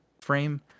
frame